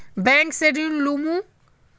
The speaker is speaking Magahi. बैंक से ऋण लुमू?